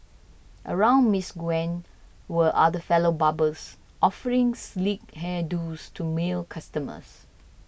around Miss Gwen were other fellow barbers offering sleek hair do's to male customers